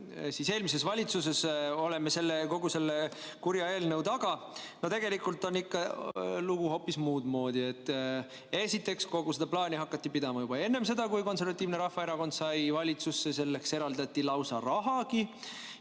eelmise valitsusega kogu selle kurja eelnõu taga. Tegelikult on lugu ikka hoopis muud moodi. Esiteks, kogu seda plaani hakati pidama juba enne seda, kui Konservatiivne Rahvaerakond sai valitsusse, selleks eraldati lausa rahagi.